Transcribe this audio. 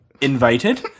invited